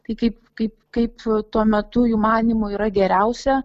tai kaip kaip kaip tuo metu jų manymu yra geriausia